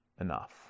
enough